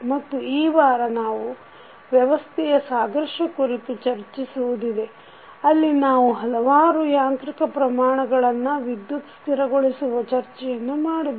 ಮತ್ತು ಈ ವಾರ ನಾವು ವ್ಯವಸ್ಥೆಯ ಸಾದೃಶ್ಯ ಕುರಿತು ಚರ್ಚಿದಿದೆವು ಅಲ್ಲಿ ನಾವು ಹಲವಾರು ಯಾಂತ್ರಿಕ ಪ್ರಮಾಣಗಳನ್ನು ವಿದ್ಯುತ್ ಸ್ಥಿರಗೊಳಿಸುವ ಚರ್ಚೆಯನ್ನು ಮಾಡಿದೆವು